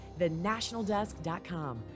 thenationaldesk.com